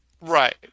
Right